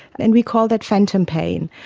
and we call that phantom pain.